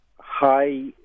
high